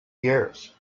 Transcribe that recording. years